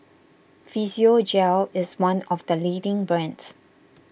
Physiogel is one of the leading brands